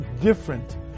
different